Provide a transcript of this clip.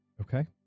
Okay